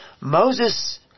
Moses